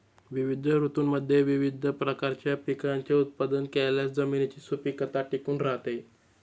विविध ऋतूंमध्ये विविध प्रकारच्या पिकांचे उत्पादन केल्यास जमिनीची सुपीकता टिकून राहते